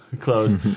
Closed